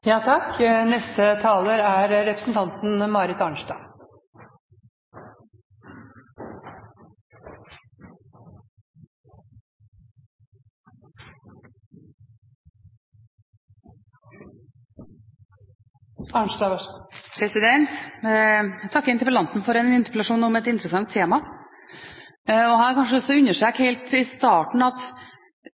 Jeg takker interpellanten for en interpellasjon med et interessant tema. Jeg har lyst til å understreke helt i starten at